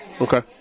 Okay